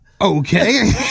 okay